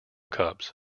cubs